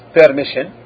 permission